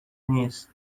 نیس